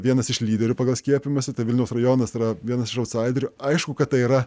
vienas iš lyderių pagal skiepijimąsi tai vilniaus rajonas yra vienas iš autsaiderių aišku kad tai yra